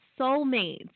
soulmates